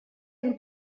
han